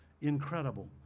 Incredible